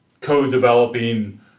co-developing